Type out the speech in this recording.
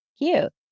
Cute